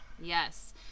Yes